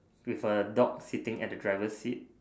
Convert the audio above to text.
with a dog sitting at the driver's seat